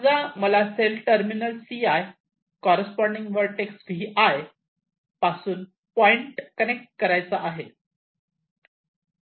समजा मला cell terminal Ci corresponding vertex Vi पासून पॉईंट कनेक्ट करायचा आहे